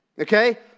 Okay